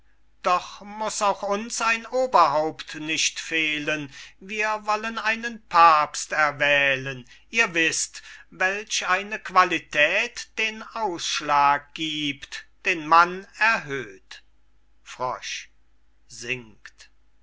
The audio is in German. doch muß auch uns ein oberhaupt nicht fehlen wir wollen einen papst erwählen ihr wißt welch eine qualität den ausschlag giebt den mann erhöht